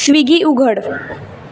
Swiggy उघड